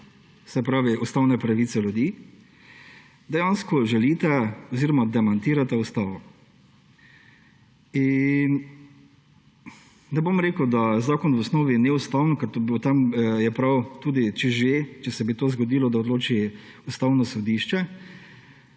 se pravi ustavne pravice ljudi. Dejansko želite oziroma demantirate ustavo. Ne bom rekel, da zakon v osnovi ni ustaven, ker je prav, tudi če bi se to zgodilo, da odloči Ustavno sodišče,